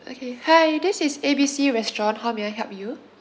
okay hi this is A B C restaurant how may I help you